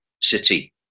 city